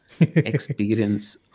experience